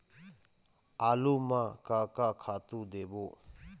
आलू म का का खातू देबो?